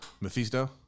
Mephisto